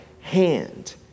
hand